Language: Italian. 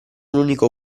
unico